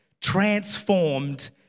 transformed